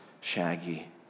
shaggy